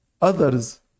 others